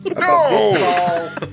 No